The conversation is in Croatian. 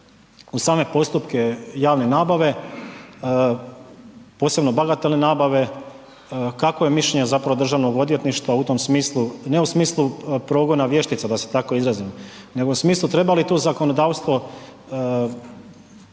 uz same postupke javne nabave, posebno bagatelne nabave, kakvo je mišljenje zapravo državnog odvjetništva u tom smislu, ne u smislu progona vještica da se tako izrazim nego u smislu treba li tu zakonodavstvo pojačati